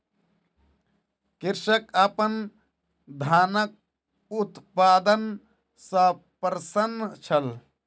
कृषक अपन धानक उत्पादन सॅ प्रसन्न छल